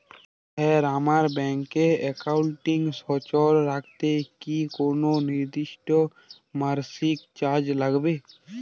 Sir আমার bank একাউন্টটি সচল রাখতে কি কোনো নির্দিষ্ট মাসিক চার্জ লাগবে?